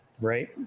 Right